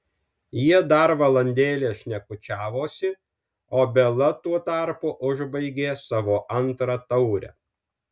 jie dar valandėlę šnekučiavosi o bela tuo tarpu užbaigė savo antrą taurę